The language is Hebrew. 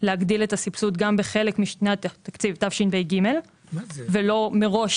להגדיל את הסבסוד גם בחלק משנת התקציב תשפ"ג ולא מראש